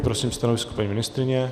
Prosím stanovisko paní ministryně.